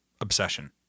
obsession